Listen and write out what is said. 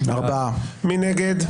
מי נגד?